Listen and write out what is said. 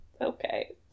Okay